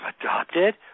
adopted